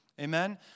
Amen